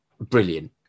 Brilliant